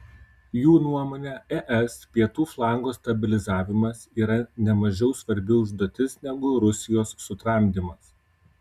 jų nuomone es pietų flango stabilizavimas yra nemažiau svarbi užduotis negu rusijos sutramdymas